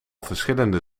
verschillende